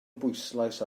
bwyslais